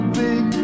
big